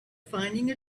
finding